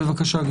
בבקשה.